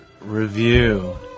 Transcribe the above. review